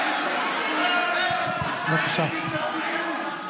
הממשלה הודיעה על התנגדותה להצעת החוק,